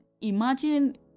imagine